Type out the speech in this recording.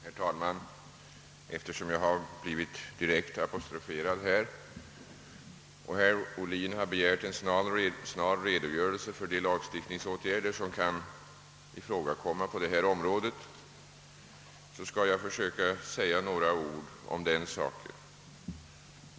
Herr talman! Eftersom jag har blivit direkt apostroferad här och herr Ohlin har begärt en snar redogörelse för de lagstiftningsåtgärder, som kan ifrågakomma på detta område, vill jag säga några ord.